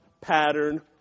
pattern